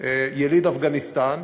יליד אפגניסטן,